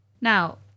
Now